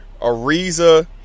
Ariza